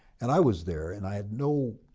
and i was there, and i had no,